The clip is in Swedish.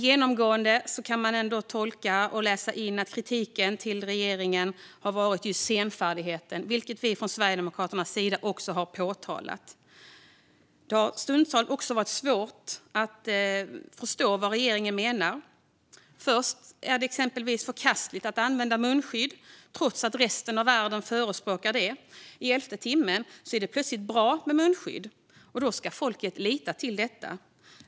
Genomgående kan man tolka och läsa in att kritiken mot regeringen har gällt senfärdigheten, som vi sverigedemokrater har påtalat. Stundtals har det varit svårt att förstå vad regeringen menar. Först var det förkastligt att använda munskydd trots att resten av världen förespråkade det. I elfte timmen blev det plötsligt bra med munskydd, och så ska folket lita till det.